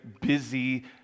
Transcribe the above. busy